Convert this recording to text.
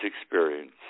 experience